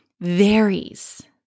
varies